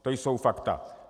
To jsou fakta.